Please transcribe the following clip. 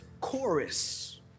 chorus